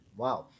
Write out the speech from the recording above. wow